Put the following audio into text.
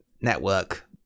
network